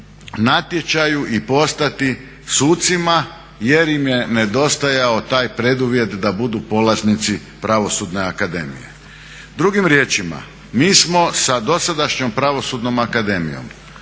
natječaju i postati sucima jer im je nedostajao taj preduvjet da budu polaznici Pravosudne akademije. Drugim riječima, mi smo sa dosadašnjom Pravosudnom akademijom